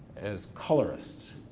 as colorist.